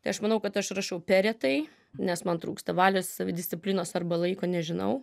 tai aš manau kad aš rašau per retai nes man trūksta valios savidisciplinos arba laiko nežinau